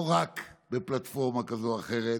לא רק בפלטפורמה כזאת או אחרת,